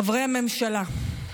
חברי הממשלה,